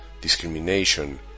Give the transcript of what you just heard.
discrimination